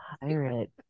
pirate